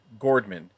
Gordman